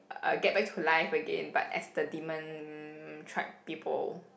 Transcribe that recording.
uh get back to life again but as the demon tribe people